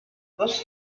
those